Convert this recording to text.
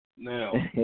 Now